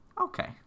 Okay